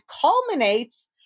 culminates